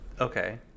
Okay